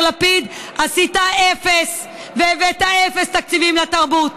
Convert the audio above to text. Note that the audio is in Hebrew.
לפיד עשית אפס והבאת אפס תקציבים לתרבות.